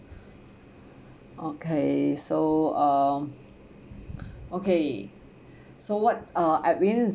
okay so um okay so what uh edwin's